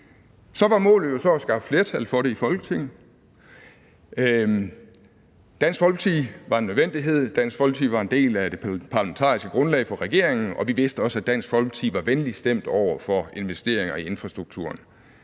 målet jo at skaffe flertal for det i Folketinget. Dansk Folkeparti var en nødvendighed; Dansk Folkeparti var en del af det parlamentariske grundlag for regeringen, og vi vidste også, at Dansk Folkeparti var venligt stemt over for investeringer i infrastrukturen.